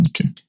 Okay